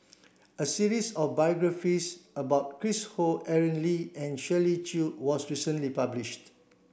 a series of biographies about Chris Ho Aaron Lee and Shirley Chew was recently published